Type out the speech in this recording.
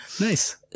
Nice